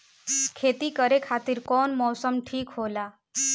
खेती करे खातिर कौन मौसम ठीक होला?